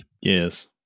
Yes